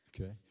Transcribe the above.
Okay